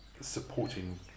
supporting